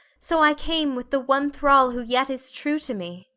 so i came with the one thrall who yet is true to me.